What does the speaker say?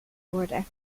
worden